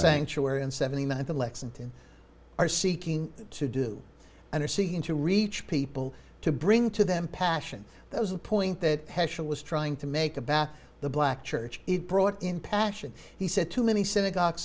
sanctuary in seventy nine to lexington are seeking to do and are seeing to reach people to bring to them passion that was the point that hashem was trying to make about the black church it brought in passion he said too many synagogue